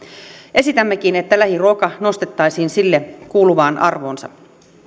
esitämmekin että lähiruoka nostettaisiin sille kuuluvaan arvoonsa